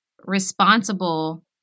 responsible